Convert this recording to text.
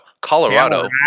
Colorado